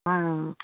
हँ